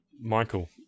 michael